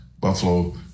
Buffalo